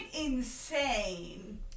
insane